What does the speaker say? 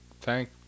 thank